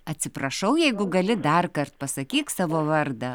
atsiprašau jeigu gali darkart pasakyk savo vardą